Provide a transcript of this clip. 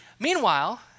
Meanwhile